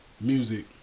music